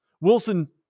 Wilson